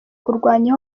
kurwanya